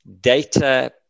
data